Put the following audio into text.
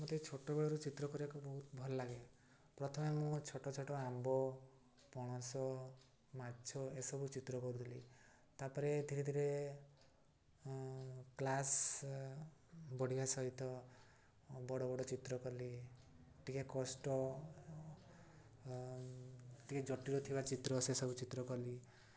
ମୋତେ ଛୋଟବେଳରୁ ଚିତ୍ର କରିବାକୁ ବହୁତ ଭଲ ଲାଗେ ପ୍ରଥମେ ମୁଁ ଛୋଟ ଛୋଟ ଆମ୍ବ ପଣସ ମାଛ ଏସବୁ ଚିତ୍ର କରୁଥିଲି ତାପରେ ଧୀରେ ଧୀରେ କ୍ଲାସ୍ ବଢ଼ିବା ସହିତ ବଡ଼ ବଡ଼ ଚିତ୍ର କଲି ଟିକିଏ କଷ୍ଟ ଟିକିଏ ଜଟିଳ ଥିବା ଚିତ୍ର ସେସବୁ ଚିତ୍ର କଲି